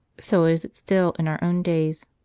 so is it still in our own days,